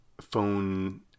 phone